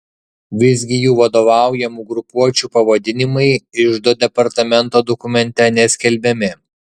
visgi jų vadovaujamų grupuočių pavadinimai iždo departamento dokumente neskelbiami